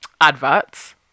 adverts